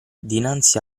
dinanzi